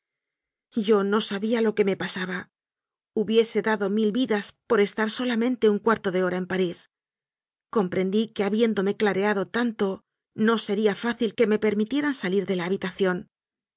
yo no sabía lo que me pasaba hubiese dado mil vidas por estar solamente un cuarto de hora en parís comprendí que ha biéndome clareado tanto no sería fácil que me per mitieran salir de la habitación